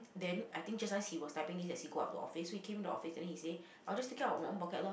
then I think just nice he was typing this as he go up to office so he came into office and then he say I'll just take it out of my own pocket lor